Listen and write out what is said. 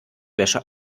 wäsche